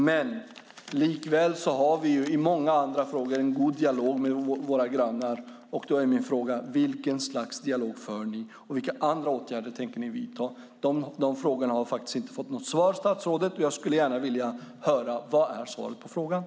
Men likväl har vi i många andra frågor en god dialog med våra grannar. Vilket slags dialog för ni? Vilka andra åtgärder tänker ni vidta? De frågorna har inte fått något svar. Jag skulle gärna vilja höra det. Vad är svaret på frågorna?